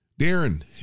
Darren